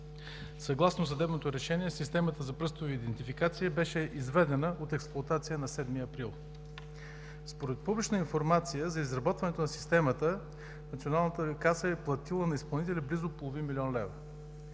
Съгласно съдебното решение, системата за пръстова идентификация беше изведена от експлоатация на 7 април. Според публична информация, за изработването на системата Националната каса е платила на изпълнителя близо половин милион лева.